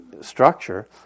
structure